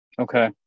Okay